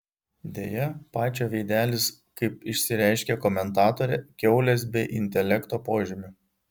deja pačio veidelis kaip išsireiškė komentatorė kiaulės be intelekto požymių